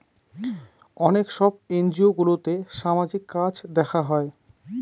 অনেক সব এনজিওগুলোতে সামাজিক কাজ দেখা হয়